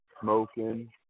smoking